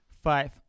Five